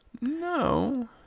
no